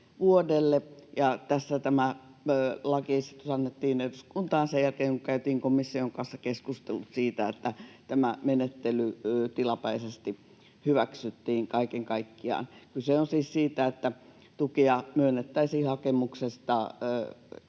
ja tämä lakiesitys annettiin eduskuntaan sen jälkeen, kun käytiin komission kanssa keskustelut siitä, että tämä menettely tilapäisesti hyväksyttiin kaiken kaikkiaan. Kyse on siis siitä, että tukea myönnettäisiin hakemuksesta